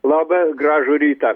labai gražų rytą